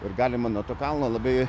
ir galima nuo to kalno labai